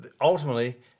ultimately